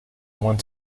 want